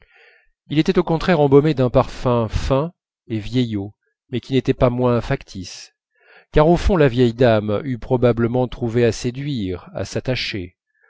il était au contraire embaumé d'un parfum fin et vieillot mais qui n'était pas moins factice car au fond la vieille dame eût probablement trouvé à séduire à s'attacher